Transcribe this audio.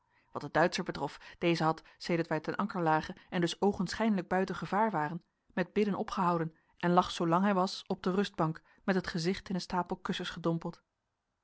wat den duitscher betrof deze had sedert wij ten anker lagen en dus oogenschijnlijk buiten gevaar waren met bidden opgehouden en lag zoolang hij was op de rustbank met het gezicht in een stapel kussens gedompeld